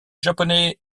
japonais